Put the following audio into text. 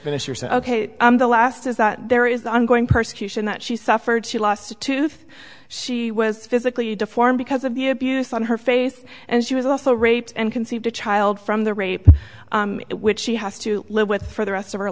minister said ok the last is that there is ongoing persecution that she suffered she lost a tooth she was physically deformed because of the abuse on her face and she was also raped and conceived a child from the rape which she has to live with for the rest of her